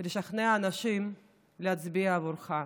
כדי לשכנע אנשים להצביע בעבורך.